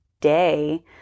day